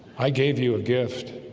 i gave you a gift